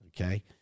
Okay